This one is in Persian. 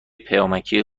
پیامگذاری